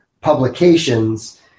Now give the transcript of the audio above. publications